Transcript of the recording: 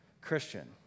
Christian